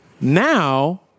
Now